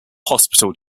hospital